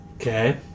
Okay